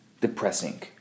depressing